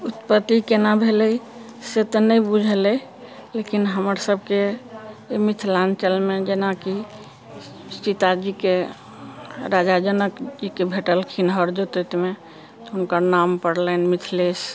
उत्पत्ति केना भेलै से तऽ न बुझल अछि लेकिन हमर सभके मिथिलाञ्चलमे जेनाकि सीताजीके राजा जनकजीके भेटलखिन हर जोतैतमे तऽ हुनकर नाम पड़लनि मिथिलेश